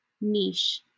niche